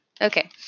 Okay